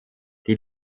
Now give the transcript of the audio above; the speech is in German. die